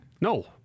No